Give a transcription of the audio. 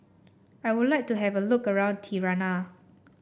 I would like to have a look around Tirana